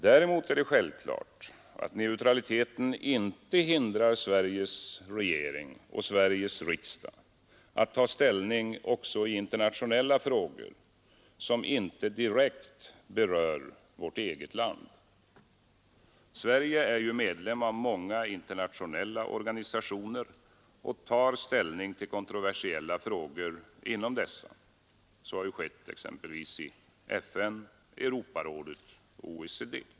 Däremot är det självklart att neutraliteten inte hindrar Sveriges regering och riksdag att ta ställning också i internationella frågor, som inte direkt berör vårt eget land. Sverige är ju medlem av många internationella organisationer och tar ställning till kontroversiella frågor inom dessa. Så har ju skett i exempelvis FN, Europarådet och OECD.